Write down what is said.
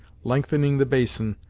lengthening the basin,